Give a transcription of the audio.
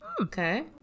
Okay